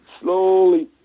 slowly